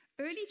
Early